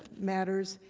matters.